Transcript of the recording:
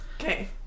Okay